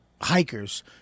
hikers